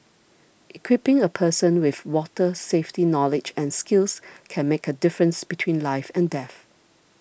equipping a person with water safety knowledge and skills can make a difference between life and death